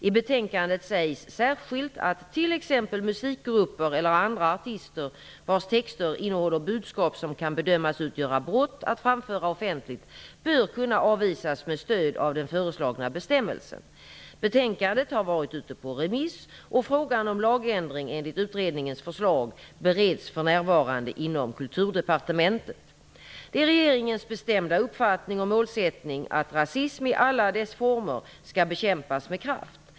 I betänkandet sägs särskilt att t.ex. musikgrupper eller andra artister vars texter innehåller budskap som kan bedömas utgöra brott att framföra offentligt bör kunna avvisas med stöd av den föreslagna bestämmelsen. Betänkandet har varit ute på remiss och frågan om lagändring enligt utredningens förslag bereds för närvarande inom Det är regeringens bestämda uppfattning och målsättning att rasism i alla dess former skall bekämpas med kraft.